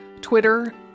Twitter